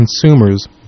consumers